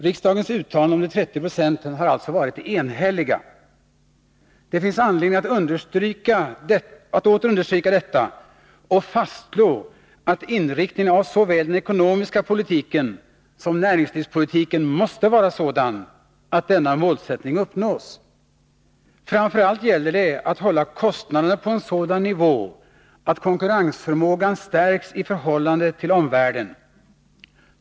Riksdagens uttalande om de 30 procenten har alltså varit enhälliga. Det finns anledning att återigen understryka detta och fastslå att inriktningen av såväl den ekonomiska politiken som näringslivspolitiken måste vara sådan att denna målsättning uppnås. Framför allt gäller det att hålla kostnaderna på en sådan nivå att konkurrensförmågan stärks i förhållande till omvärlden.